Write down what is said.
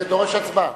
זה דורש הצבעה.